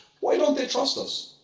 why don't they trust us?